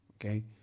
okay